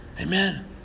Amen